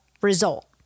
result